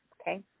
okay